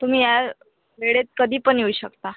तुम्ही या वेळेत कधीपण येऊ शकता